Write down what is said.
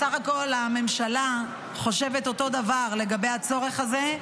בסך הכול הממשלה חושבת אותו דבר לגבי הצורך הזה.